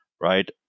right